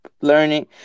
learning